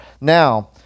Now